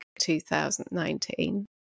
2019